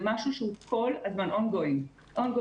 זה משהו שהוא כל הזמן, on going נעשה.